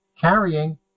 carrying